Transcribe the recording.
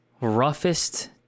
roughest